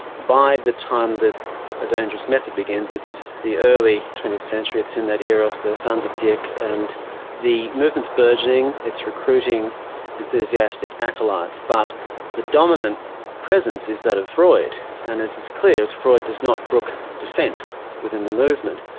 by the time that a dangerous method begins it's the early twentieth century, it's in that era of the ah and fin-de-siecle. and the movement's burgeoning. it's recruiting enthusiastic acolytes but the dominant presence is that of freud and as is clear that freud does not brook dissent within the movement.